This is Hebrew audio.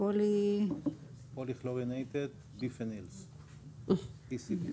Polychlorinated Biphenyls (PCBs).